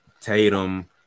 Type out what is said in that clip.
Tatum